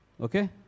Okay